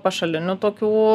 pašalinių tokių